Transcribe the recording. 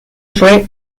fue